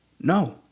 No